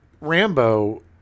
Rambo